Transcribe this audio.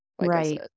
Right